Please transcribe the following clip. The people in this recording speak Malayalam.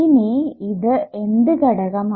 ഇനി ഇത് എന്ത് ഘടകമാണ്